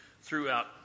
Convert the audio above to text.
throughout